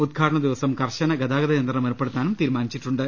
ഉദ്ഘാടന ദിവസം കർശന ഗതാഗത നിയന്ത്രണം ഏർപ്പെടുത്താനും തീരുമാനിച്ചിട്ടുണ്ട്